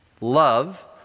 love